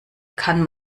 kann